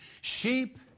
Sheep